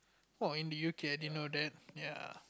!woah! in the UK I didn't know that